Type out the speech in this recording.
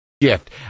gift